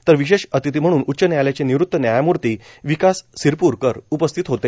तर विशेष अतिथी म्हणून उच्च न्यायालयाचे निवृत्त न्यायामूर्ती विकास सिरपुरकर उपस्थित होते